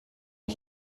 ich